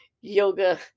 yoga